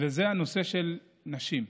הנושא של נשים.